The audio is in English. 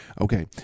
okay